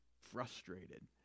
frustrated